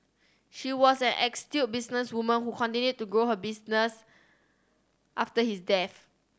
she was an businesswoman who continued to grow her business after his death